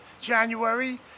January